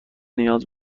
نیاز